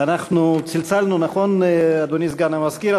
ואנחנו צלצלנו, נכון, אדוני סגן המזכיר?